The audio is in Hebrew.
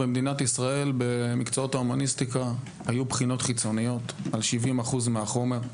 במדינת ישראל במקצועות ההומניסטיקה היו בחינות חיצוניות על 70% מהחומר.